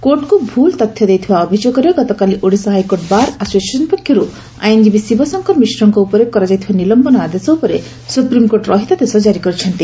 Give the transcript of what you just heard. କୋର୍ଟଙ୍କୁ ଭୁଲ୍ ତଥ୍ୟ ଦେଇଥିବା ଅଭିଯୋଗରେ ଗତକାଲି ଓଡ଼ିଶା ହାଇକୋର୍ଟ ବାର ଆସୋସିଏସନ୍ ପକ୍ଷରୁ ଆଇନଜୀବୀ ଶିବଶଙ୍କର ମିଶ୍ରଙ୍କ ଉପରେ କରାଯାଇଥିବା ନିଲମ୍ଘନ ଆଦେଶ ଉପରେ ସୁପ୍ରିମକୋର୍ଟ ରହିତାଦେଶ ଜାରି କରିଛନ୍ତି